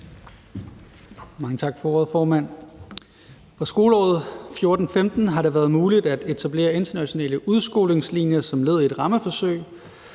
Mange tak for ordet, formand. Fra skoleåret 2014/15 har det været muligt at etablere internationale udskolingslinjer som led i et rammeforsøg,